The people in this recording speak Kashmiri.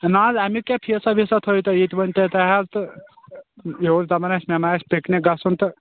نہٕ حظ امیُک کیٛاہ فیٖسا ویٖسا تھأوِو تُہۍ یِتہٕ ؤنۍتو تُہۍ حظ تہٕ یہِ اوس دپان اَسہِ مےٚ ما آسہِ پِکنِک گژھُن تہٕ